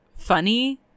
Funny